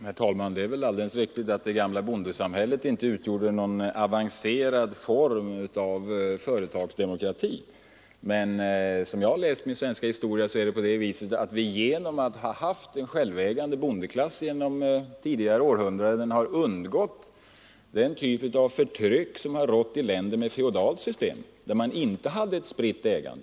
Herr talman! Det är väl alldeles riktigt att det gamla bondesamhället inte utgjorde någon avancerad form av företagsdemokrati. Men som jag har läst min svenska historia är det på det viset att vi genom att ha haft en självägande bondeklass under tidigare århundraden har undgått den typ av förtryck som rått i länder med feodalt system, där man inte hade ett spritt ägande.